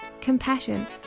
compassion